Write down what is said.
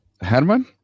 Herman